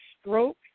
stroke